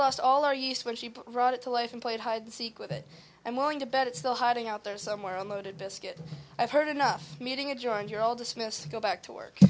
lost all our use when she brought it to life and played hide and seek with it i'm willing to bet it's still hiding out there somewhere a loaded biscuit i've heard enough meeting a joint here all dismissed go back to work